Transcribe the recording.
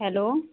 hello